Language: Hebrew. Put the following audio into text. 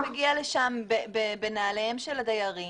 היזם מגיע לשם בנעליהם של הדיירים.